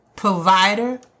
Provider